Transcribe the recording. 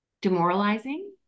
demoralizing